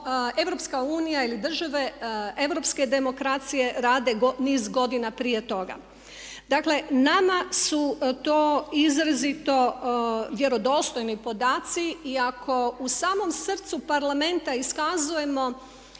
što EU ili države europske demokracije rade niz godina prije toga. Dakle, nama su to izrazito vjerodostojni podaci. I ako u samom srcu Parlamenta iskazujemo